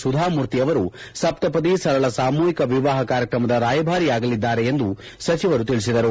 ಸುಧಾಮೂರ್ತಿಯವರು ಸಪ್ತಪದಿ ಸರಳ ಸಾಮೂಹಿಕ ವಿವಾಹ ಕಾರ್ಯಕ್ರಮದ ರಾಯಭಾರಿ ಆಗಲಿದ್ದಾರೆ ಎಂದು ಸಚಿವರು ತಿಳಿಸಿದರು